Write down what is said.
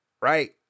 Right